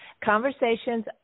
Conversations